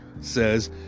says